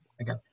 again